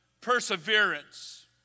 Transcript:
perseverance